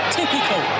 Typical